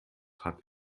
hat